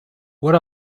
what